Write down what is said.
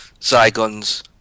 Zygons